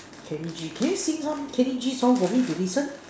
Kenny G can you sing some Kenny G song for me to listen